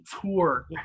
tour